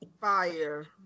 Fire